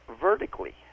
vertically